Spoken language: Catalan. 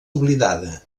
oblidada